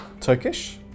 Turkish